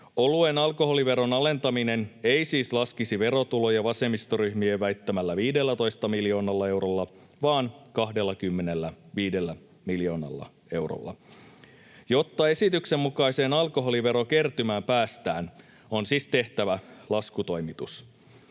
Oluen alkoholiveron alentaminen ei siis laskisi verotuloja vasemmistoryhmien väittämällä 15 miljoonalla eurolla, vaan 25 miljoonalla eurolla. Jotta esityksen mukaiseen alkoholiverokertymään päästään, on siis tehtävä laskutoimitus.